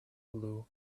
blue